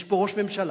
יש פה ראש ממשלה,